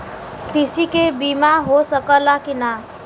कृषि के बिमा हो सकला की ना?